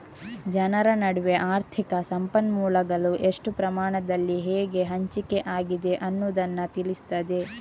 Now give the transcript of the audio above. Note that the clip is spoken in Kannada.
ಜನರ ನಡುವೆ ಆರ್ಥಿಕ ಸಂಪನ್ಮೂಲಗಳು ಎಷ್ಟು ಪ್ರಮಾಣದಲ್ಲಿ ಹೇಗೆ ಹಂಚಿಕೆ ಆಗಿದೆ ಅನ್ನುದನ್ನ ತಿಳಿಸ್ತದೆ